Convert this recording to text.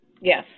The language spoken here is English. Yes